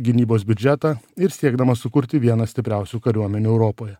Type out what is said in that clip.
gynybos biudžetą ir siekdama sukurti vieną stipriausių kariuomenių europoje